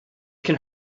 can